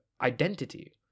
identity